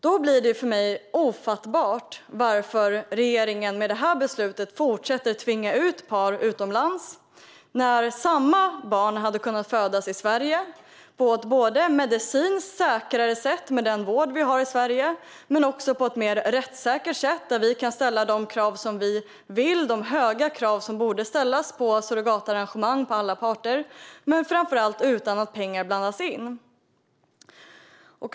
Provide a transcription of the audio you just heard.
Det blir för mig ofattbart varför regeringen med detta beslut fortsätter att tvinga par utomlands när samma barn hade kunnat födas i Sverige på ett medicinskt säkrare sätt - med den vård vi har i Sverige - och på ett mer rättssäkert sätt. Vi skulle kunna ställa de höga krav som vi vill ställa och som borde ställas på alla parter i surrogatarrangemang. Framför allt skulle detta kunna ske utan att pengar blandas in.